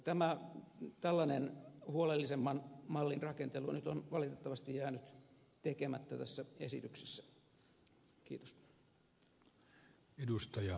tämä tällainen huolellisemman mallin rakentelu nyt on valitettavasti jäänyt tekemättä tässä esityksessä